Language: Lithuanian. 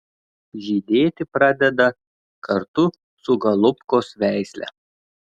žydėti pradeda kartu su golubkos veisle